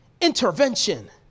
intervention